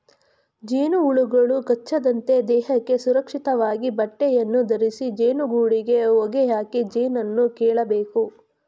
ಜೇನುಹುಳುಗಳು ಕಚ್ಚದಂತೆ ದೇಹಕ್ಕೆ ಸುರಕ್ಷಿತವಾದ ಬಟ್ಟೆಯನ್ನು ಧರಿಸಿ ಜೇನುಗೂಡಿಗೆ ಹೊಗೆಯಾಕಿ ಜೇನನ್ನು ಕೇಳಬೇಕು